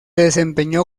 desempeñó